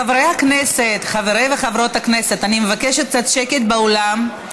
חברות וחברי הכנסת, אני מבקשת קצת שקט באולם,